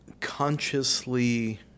consciously